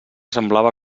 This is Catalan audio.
semblava